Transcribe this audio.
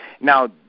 now